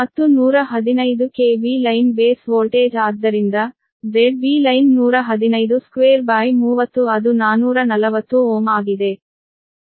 ಮತ್ತು 115 KV line base voltage ಆದ್ದರಿಂದ ZB line ಅದು 440 Ω ಆಗಿದೆ